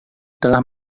telah